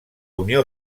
unió